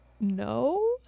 no